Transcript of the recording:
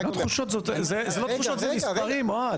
זה לא תחושות, זה מספרים, אוהד.